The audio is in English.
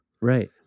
Right